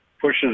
pushes